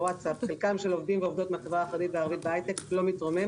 חלקם של העובדים והעובדות מהחברה החרדית והערבית בהייטק לא מתרומם,